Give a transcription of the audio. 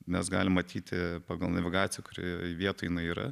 mes galim matyti pagal navigaciją kurioj vietoj jinai yra